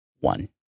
one